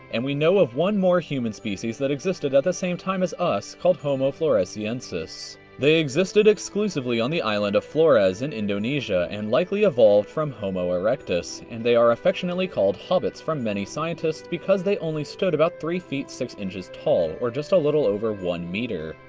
and we know of one more human species that existed at the same time as us called homo floresiensis. they existed exclusively on the island of flores in indonesia, and likely evolved from homo erectus. and they are affectionately called hobbits from many scientists because they only stood about three feet six inches tall, or just a little over one meter.